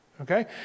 okay